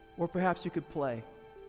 or perhaps you could play.